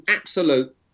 absolute